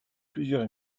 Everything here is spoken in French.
plusieurs